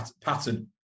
pattern